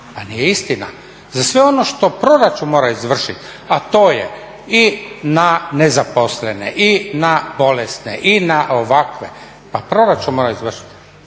Pa nije istina. Za sve ono što proračun mora izvršiti a to je i na nezaposlene i na bolesne i na ovakve pa proračun mora izvršiti.